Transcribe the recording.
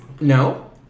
No